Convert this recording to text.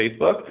Facebook